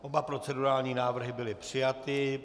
Oba procedurální návrhy byly přijaty.